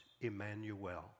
Emmanuel